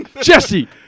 Jesse